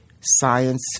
science